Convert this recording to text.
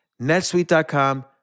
netsuite.com